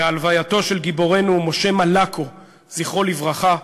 בהלווייתו של גיבורנו משה מלקו, זכרו לברכה,